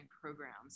programs